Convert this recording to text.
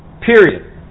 Period